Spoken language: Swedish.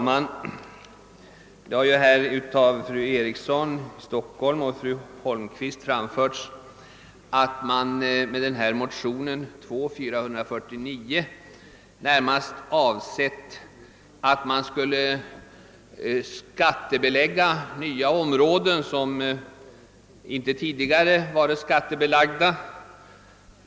Herr talman! Fru Eriksson i Stockholm och fru Holmqvist har framfört att de med motion II:449 avsett att man borde skattebelägga nya områden, vilka tidigare inte varit skattebelagda.